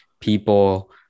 people